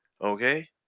okay